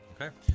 Okay